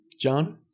John